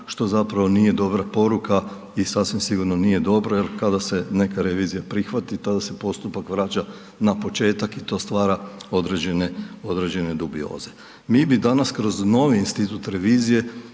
što zapravo nije dobra poruka i sasvim sigurno nije dobro jer kada se neka revizija prihvati tada se postupak vraća na početak i to stvara određene dubioze. Mi bi danas kroz novi institut revizije